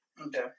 Okay